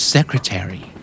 Secretary